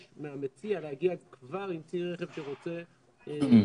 מהמציע להגיע כבר עם צי רכב שרוצה להשתמש.